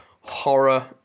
horror